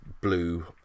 blue